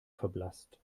verblasst